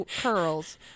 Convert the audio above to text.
curls